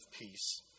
peace